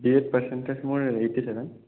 B A ত percentage মোৰ eighty seven